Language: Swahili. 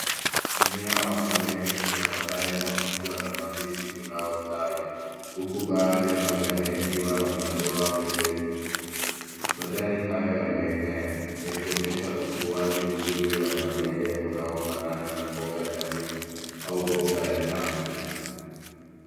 Mmea wa malenge una majani makubwa na mabichi unaostawi, huku baadhi ya majani yakiwa na madoa mepesi. majani haya yameenea yakionyesha ukuaji mzuri wa malenge unaofanana na mboga jamii au mboga ya jangwa.